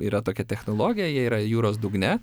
yra tokia technologija jie yra jūros dugne